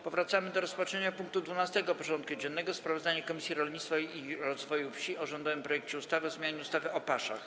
Powracamy do rozpatrzenia punktu 12. porządku dziennego: Sprawozdanie Komisji Rolnictwa i Rozwoju Wsi o rządowym projekcie ustawy o zmianie ustawy o paszach.